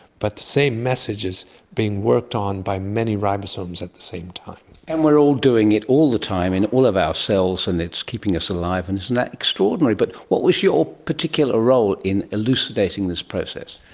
but the same message is being worked on by many ribosomes at the same time. and we're all doing it all the time in all of our cells and it's keeping us alive and isn't that extraordinary. but what was your particular role in elucidating this process?